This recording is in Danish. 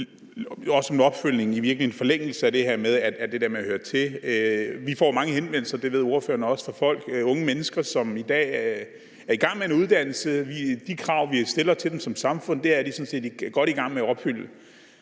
som en opfølgning spørge ordføreren om noget i forlængelse af det her med at høre til. Vi får mange henvendelser – det ved ordføreren også – fra unge mennesker, som i dag er i gang med en uddannelse. De krav, vi stiller til dem som samfund, er de sådan set godt i gang med at opfylde.